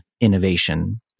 innovation